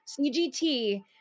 CGT